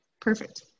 Perfect